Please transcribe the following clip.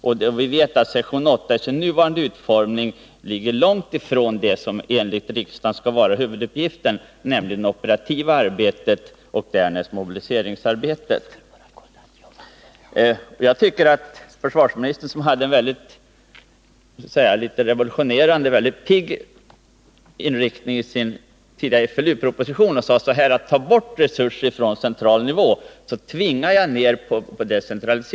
Vi vet att verksamheten vid sektion 8 i dess nuvarande utformning ligger långt ifrån det som enligt riksdagen skall vara huvuduppgiften, nämligen det operativa arbetet och därnäst mobiliseringsarbetet. Försvarsministern hade en mycket pigg och litet revolutionerande inriktning i FLU-propositionen, där han uttalade att resurser skulle föras bort från central nivå för att en decentralisering skulle framtvingas.